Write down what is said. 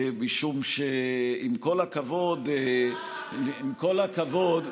משום שעם כל הכבוד, ומה רע בזה?